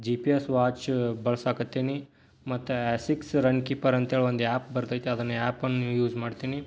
G P S watch ಬಳಸಕ್ಕತ್ತೇನಿ ಮತ್ತು ಎಸಿಕ್ಸ್ ರನ್ಕೀಪರ್ ಅಂತ ಹೇಳಿ ಒಂದು ಯಾಪ್ ಬರ್ತೈತೆ ಅದನ್ನು ಯಾಪನ್ನು ಯೂಸ್ ಮಾಡ್ತೀನಿ